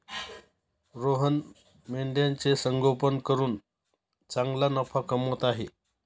रोहन मेंढ्यांचे संगोपन करून चांगला नफा कमवत आहे